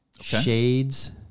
shades